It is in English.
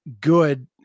good